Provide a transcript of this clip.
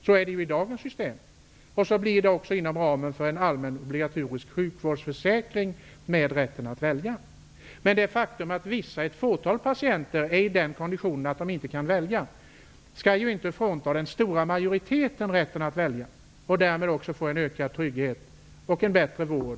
Så är det i dagens system, och så blir det också inom ramen för en allmän, obligatorisk sjukvårdsförsäkring med rätten att välja. Det faktum att ett fåtal patienter är i sådan kondition att de inte kan välja skall inte frånta den stora majoriteten rätten att välja och därmed också få en ökad trygghet och en bättre vård.